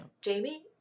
Jamie